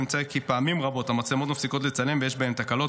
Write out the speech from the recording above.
נמצא כי פעמים רבות המצלמות מפסיקות לצלם ויש בהן תקלות,